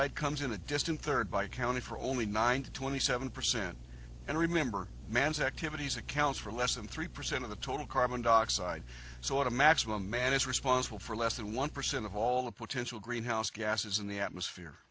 dioxide comes in a distant third by counting for only nine to twenty seven percent and remember man's activities accounts for less than three percent of the total carbon dioxide so at a maximum man is responsible for less than one percent of all the potential greenhouse gases in the atmosphere